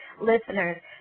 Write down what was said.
listeners